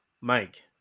Mike